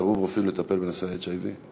סירוב רופאים לטפל בנשאי HIV?